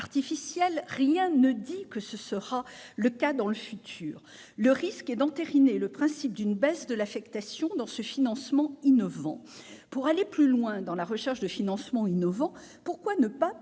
rien ne dit que tel sera le cas dans le futur. Le risque est d'entériner le principe d'une baisse de l'affectation de ce financement innovant. Pour aller plus loin dans la recherche de financements innovants, pourquoi ne pas, par